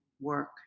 work